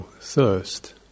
thirst